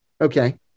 Okay